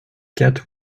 cat